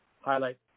highlight